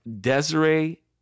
Desiree